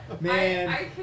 Man